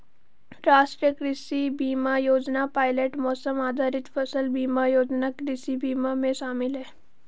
राष्ट्रीय कृषि बीमा योजना पायलट मौसम आधारित फसल बीमा योजना कृषि बीमा में शामिल है